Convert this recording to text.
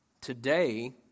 today